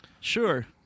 Sure